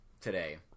today